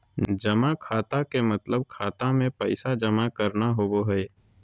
जमा खाता के मतलब खाता मे पैसा जमा करना होवो हय